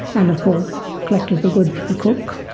and of course collected the wood for the cook,